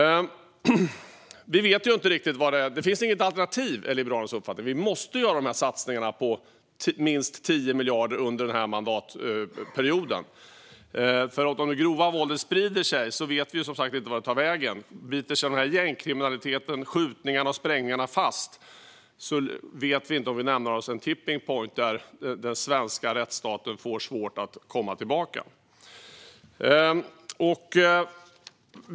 Liberalernas uppfattning är att det inte finns något alternativ. Vi måste göra de här satsningarna på minst 10 miljarder under mandatperioden, för om det grova våldet sprider sig vet vi inte vart det tar vägen. Om gängkriminaliteten, skjutningarna och sprängningarna biter sig fast vet vi inte om vi närmar oss en tipping point, där den svenska rättsstaten får svårt att komma tillbaka.